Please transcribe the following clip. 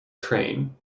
train